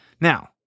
now